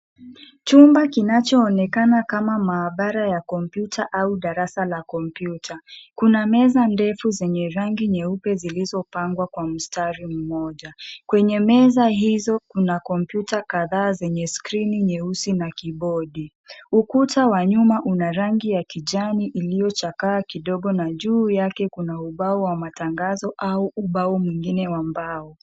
Chumba kinachoonekana kama maabara ya kompyuta au darasa la kompyuta. Kuna meza ndefu zenye rangi nyeupe zilizopangwa kwa mstari mmoja. Kwenye meza hizo kuna kompyuta kadhaa zenye skrini nyeusi na kibodi. Ukuta wa nyuma una rangi ya kijani iliyochakaa kidogo na juu yake kuna ubao wa matangazo au ubao mwingine wa mbao.